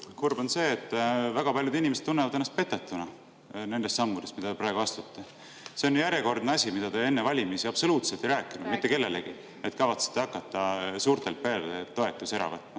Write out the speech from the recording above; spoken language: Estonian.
kurb, on see, et väga paljud inimesed tunnevad ennast petetuna nendest sammudest, mida te praegu astute. See on järjekordne asi, mida te enne valimisi absoluutselt ei rääkinud mitte kellelegi, et kavatsete hakata suurtelt peredelt toetusi ära võtma.